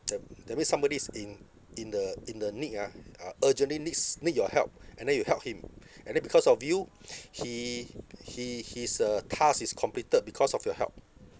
tha~ that means somebody's in in the in the need ah uh urgently needs need your help and then you help him and then because of you he he his uh task is completed because of your help